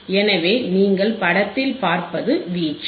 எனவே நீங்கள் படத்தில் பார்ப்பது வீச்சு